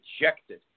rejected